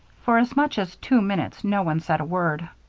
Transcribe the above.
for as much as two minutes no one said a word.